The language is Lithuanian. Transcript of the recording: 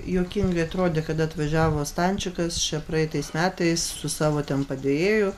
juokingai atrodė kada atvažiavo stančikas čia praeitais metais su savo ten padėjėju